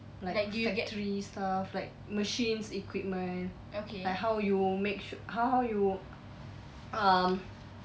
like factory stuff like machines equipment like how you make ho~ how you um